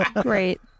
Great